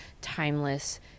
timeless